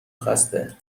خسته